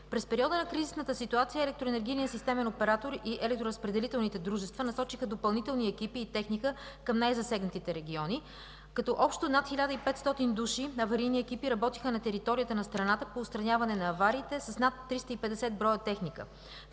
През периода на кризисната ситуация Електроенергийният системен оператор и електроразпределителните дружества насочиха допълнителни екипи и техника към най-засегнатите региони. Общо над 1500 души на аварийни екипи работиха на територията на страната по отстраняване на авариите с над 350 броя техника.